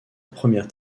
première